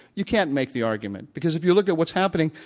you can't make the argument, because if you look at what's happening,